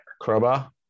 Crowbar